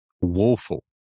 Woeful